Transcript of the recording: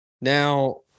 Now